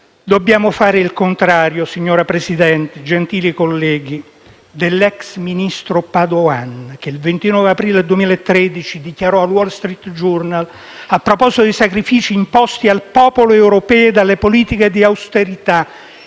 Dobbiamo fare il contrario, signor Presidente, gentili colleghi, dell'*ex* ministro Padoan, che il 29 aprile 2013 dichiarò al «Wall Street Journal», a proposito dei sacrifici imposti al popolo europeo dalle politiche di austerità